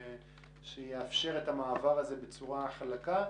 שיאפשר את המהלך הזה בצורה חלקה,